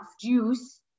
juice